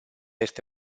este